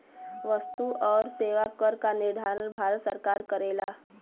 वस्तु आउर सेवा कर क निर्धारण भारत सरकार करेला